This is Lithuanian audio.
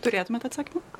turėtumėt atsakymą